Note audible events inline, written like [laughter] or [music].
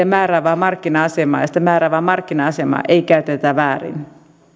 [unintelligible] määräävää markkina asemaa ja sitä määräävää markkina asemaa ei käytetä väärin